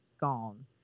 gone